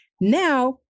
Now